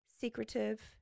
secretive